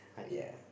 ya